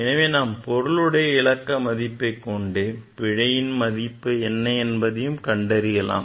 எனவே நாம் பொருளுடைய இலக்க மதிப்பை கொண்டே பிழையின் மதிப்பு என்ன என்பதை கண்டறியலாம்